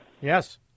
Yes